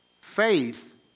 Faith